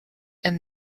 and